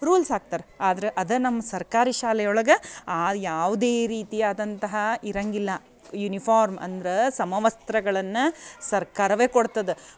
rules ಹಾಕ್ತಾರ ಆದ್ರೆ ಅದೇ ನಮ್ಮ ಸರ್ಕಾರಿ ಶಾಲೆ ಒಳಗೆ ಯಾವುದೇ ರೀತಿಯಾದಂತಹ ಇರಂಗಿಲ್ಲ ಯುನಿಫಾರ್ಮ್ ಅಂದ್ರೆ ಸಮವಸ್ತ್ರಗಳನ್ನು ಸರ್ಕಾರವೇ ಕೊಡ್ತದೆ